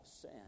sin